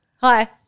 Hi